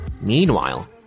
Meanwhile